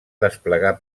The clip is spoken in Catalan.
desplegar